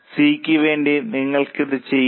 C ക്ക് വേണ്ടി നിങ്ങൾക്ക് ഇത് ചെയ്യാം